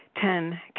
Ten